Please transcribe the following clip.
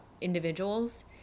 individuals